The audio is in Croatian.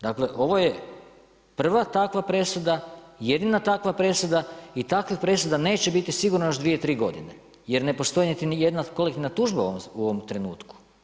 Dakle, ovo je prva takva presuda, jedina takva presuda i takvih presuda neće biti sigurno još dvije, tri godine, jer ne postoji niti jedna kolektivna tužba u ovom trenutku.